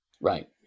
Right